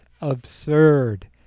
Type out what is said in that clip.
absurd